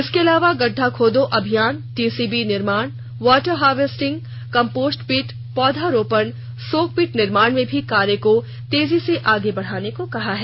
इसके अलावा गड़ढा खोदो अभियान टीसीबी निर्माण वाटर हारवेस्टिंग कंपोस्ट पिट पौधरोपण सोकपिट निर्माण में भी कार्य को तेजी से आगे बढ़ाने को कहा है